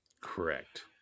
Correct